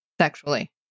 sexually